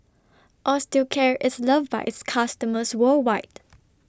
Osteocare IS loved By its customers worldwide